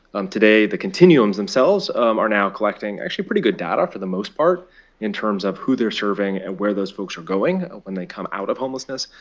um today, the continuums themselves are now collecting actually pretty good data for the most part in terms of who they're serving and where those folks are going when they come out of homelessness.